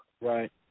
Right